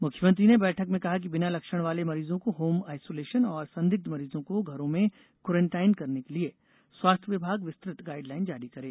मुख्यमंत्री ने बैठक में कहा कि बिना लक्षण वाले मरीजों को होम आइसोलेसन और संदिग्ध मरीजों को घरों में क्वारेंटाइन करने के लिए स्वास्थ्य विभाग विस्तृत गाईडलाइन जारी करें